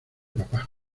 papá